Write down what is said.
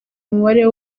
umubare